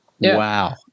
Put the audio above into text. Wow